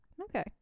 Okay